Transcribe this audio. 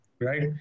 right